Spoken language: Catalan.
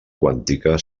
quàntica